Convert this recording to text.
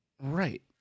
Right